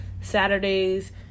Saturdays